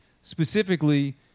specifically